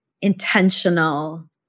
intentional